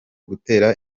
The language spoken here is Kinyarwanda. gutera